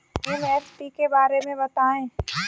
MSP के बारे में बतायें?